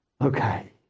okay